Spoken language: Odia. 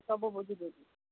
ସବୁ ବୁଝି ଦେବି